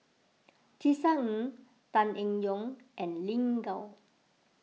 Tisa Ng Tan Eng Yoon and Lin Gao